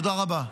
תודה רבה.